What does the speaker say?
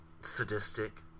sadistic